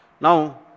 Now